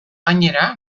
gainera